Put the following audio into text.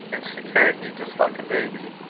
and she carried me just like a baby.